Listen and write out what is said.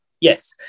Yes